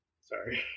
Sorry